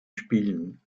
spielen